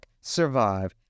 survive